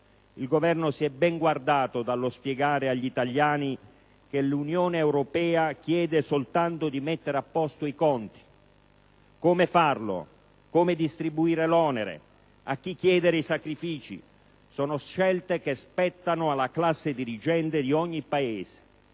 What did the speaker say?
Il Governo si è ben guardato dallo spiegare agli italiani che l'Unione europea chiede soltanto di mettere a posto i conti. Come farlo, come distribuire l'onere, a chi chiedere i sacrifici sono scelte che spettano alla classe dirigente di ogni Paese